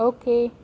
okay